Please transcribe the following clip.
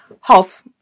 half